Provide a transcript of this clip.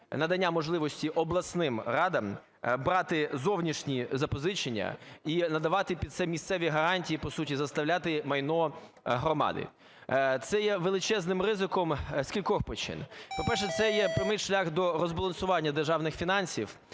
надання можливості обласним радам брати зовнішні запозичення і надавати під це місцеві гарантії, по суті заставляти майно громади. Це є величезним ризиком з скількох причин. По-перше, це є прямий шлях до розбалансування державних фінансів,